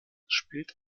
spielt